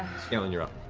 scanlan, you're up.